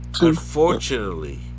Unfortunately